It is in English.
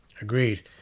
agreed